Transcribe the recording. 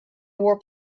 war